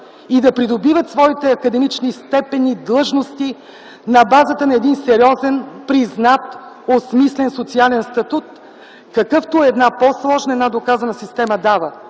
и да придобиват своите академични степени и длъжности на базата на един сериозен, признат, осмислен социален статут, какъвто една по-сложна, една доказана система дава.